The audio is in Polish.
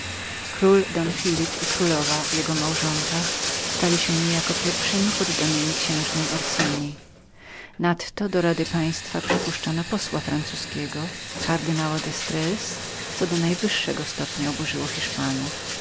król don phelipe i królowa jego małżonka stali się niejako pierwszymi poddanymi księżnej ursini nadto do rady państwa przypuszczono posła francuzkiego kardynała destres co do najwyższego stopnia oburzyło hiszpanów